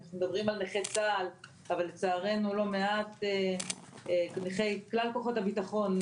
אנחנו מדברים על נכי צה"ל אבל לצערנו לא מעט נכי כלל כוחות הביטחון,